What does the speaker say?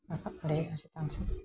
ᱨᱟᱠᱟᱵ ᱫᱟᱲᱮᱭᱟᱜᱼᱟ ᱪᱮᱛᱟᱱ ᱥᱮᱡ